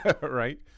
right